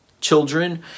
children